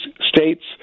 states